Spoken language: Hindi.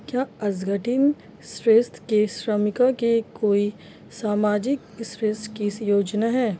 क्या असंगठित क्षेत्र के श्रमिकों के लिए कोई सामाजिक क्षेत्र की योजना है?